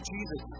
Jesus